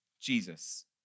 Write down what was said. Jesus